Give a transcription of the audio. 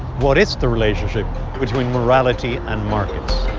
what is the relationship between morality and markets?